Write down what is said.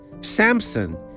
Samson